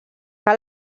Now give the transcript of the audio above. que